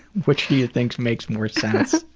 which do you think makes more sense?